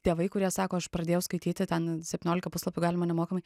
tėvai kurie sako aš pradėjau skaityti ten septynioliką puslapių galima nemokamai